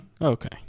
Okay